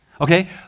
Okay